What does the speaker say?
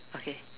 okay